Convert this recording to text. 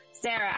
Sarah